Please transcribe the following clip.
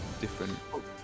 different